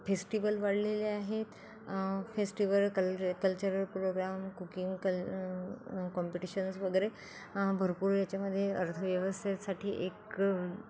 festival वाढलेले आहेत festival कल कल्चरल प्रोग्राम कुकिंग कल कॉम्पिटिशन्स वगैरे भरपूर याच्यामध्ये अर्थव्यवस्थेसाठी एक